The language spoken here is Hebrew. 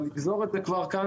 לגזור את זה כבר כאן,